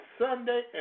Sunday